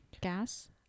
Gas